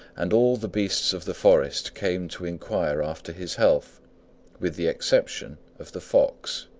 and all the beasts of the forest came to inquire after his health with the exception of the fox.